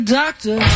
doctor